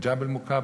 מג'בל-מוכבר,